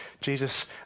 Jesus